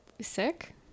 sick